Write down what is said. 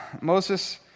Moses